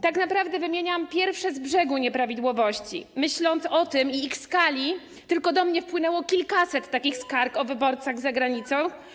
Tak naprawdę wymieniam pierwsze z brzegu nieprawidłowości, myśląc o nich i ich skali, tylko do mnie wpłynęło kilkaset takich skarg o wyborach za granicą.